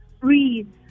breathe